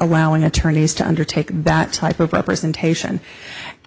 allowing attorneys to undertake that type of representation